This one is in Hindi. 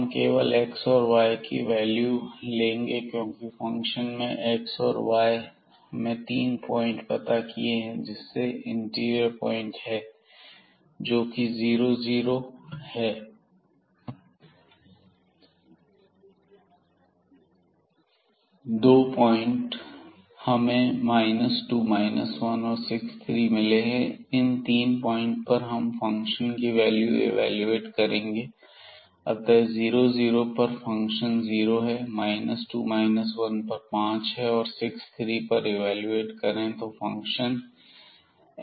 हम केवल एक्स और वाई के वैल्यू लेंगे क्योंकि फंक्शन में एक्स और वाई हैं हमने 3 पॉइंट पता किए हैं जिसमें से एक इंटीरियर में है जोकि 0 0 है और 2 पॉइंट हमें 2 1 और 6 3 मिले हैं इन 3 पॉइंट पर हम फंक्शन की वैल्यू इवेलुएट करेंगे अतः 0 0 पर फंक्शन जीरो है 2 1 पर यह पांच है और 6 3 पर इवेलुएट करें तो फंक्शन fxyx2y2 है